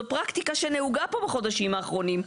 זו פרקטיקה שנהוגה פה בחודשים האחרונים,